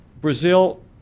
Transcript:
Brazil